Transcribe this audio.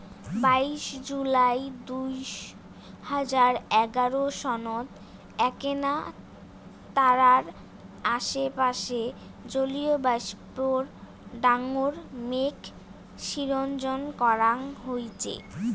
বাইশ জুলাই দুই হাজার এগারো সনত এ্যাকনা তারার আশেপাশে জলীয়বাষ্পর ডাঙর মেঘ শিজ্জন করা হইচে